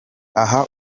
aha